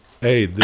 hey